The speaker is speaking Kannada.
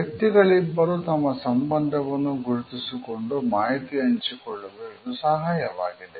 ವ್ಯಕ್ತಿಗಳಿಬ್ಬರು ತಮ್ಮ ಸಂಬಂಧವನ್ನು ಗುರುತಿಸಿಕೊಂಡು ಮಾಹಿತಿ ಹಂಚಿಕೊಳ್ಳಲು ಇದು ಸಹಾಯವಾಗಿದೆ